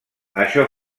això